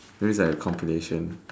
maybe it's like a compilation